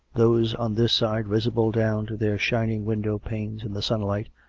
those on this side visible down to their shining window-panes in the sunlight,